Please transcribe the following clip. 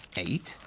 eight,